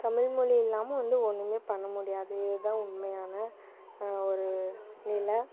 தமிழ்மொழி இல்லாமல் வந்து ஒன்றுமே பண்ண முடியாது இதுதான் உண்மையான ஒரு நிலை